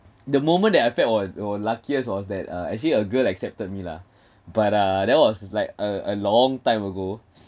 the moment that I felt were were luckiest as was that uh actually a girl accepted me lah but uh that was like a a long time ago